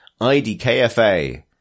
IDKFA